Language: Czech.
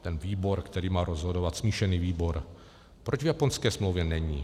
Ten výbor, který má rozhodovat, smíšený výbor, proč v japonské smlouvě není?